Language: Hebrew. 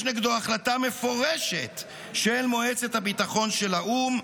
נגדו החלטה מפורשת של מועצת הביטחון של האו"ם,